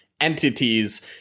entities